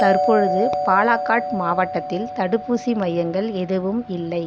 தற்பொழுது பாலாகாடு மாவட்டத்தில் தடுப்பூசி மையங்கள் எதுவும் இல்லை